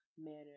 manner